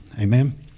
Amen